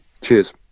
Cheers